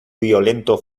violento